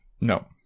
No